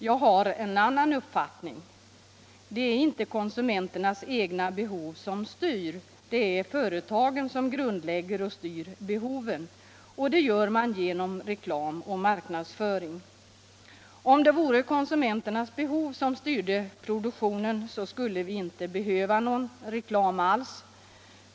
Jag har en annan uppfattning. Det är inte konsumenternas egna behov som styr, det är företagen som grundlägger och styr behoven. Det gör de genom reklam och marknadsföring. Om det vore konsumenternas behov som styrde produktionen, skulle vi inte behöva någon reklam alls.